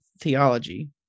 theology